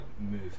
move